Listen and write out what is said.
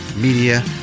media